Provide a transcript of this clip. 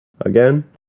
again